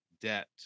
debt